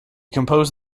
composed